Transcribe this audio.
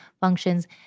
functions